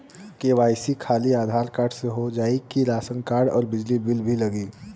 KYC खाली Aadhaar card से हो जाए कि राशन कार्ड अउर बिजली बिल भी लगी?